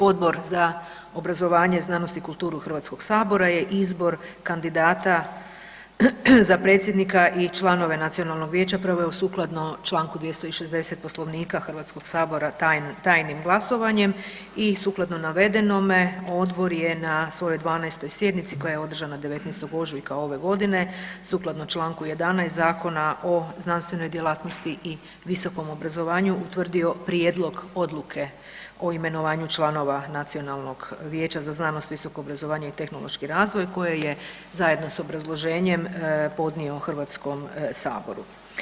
Odbor za obrazovanje, znanost i kulturu HS-a je izbor kandidata za predsjednika i članove Nacionalnog vijeća proveo sukladno čl. 260 Poslovnika HS-a tajnim glasovanjem i sukladno navedenome, Odbor je na svojoj 12. sjednici koja je održana 19. ožujka ove godine sukladno čl. 11 Zakona o znanstvenoj djelatnosti i visokom obrazovanju utvrdio prijedlog odluke o imenovanju članova Nacionalnog vijeća za znanost, visoko obrazovanje i tehnološki razvoj koje je zajedno s obrazloženjem podnio HS-u.